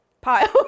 pile